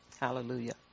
Hallelujah